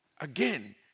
again